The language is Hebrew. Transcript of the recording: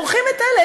מורחים את אלה.